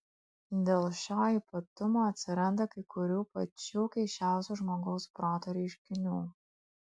dėl šio ypatumo atsiranda kai kurių pačių keisčiausių žmogaus proto reiškinių